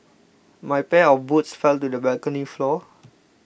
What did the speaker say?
my pair of boots fell to the balcony floor